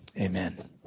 Amen